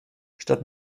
statt